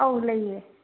ꯑꯧ ꯂꯩꯌꯦ